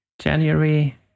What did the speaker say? January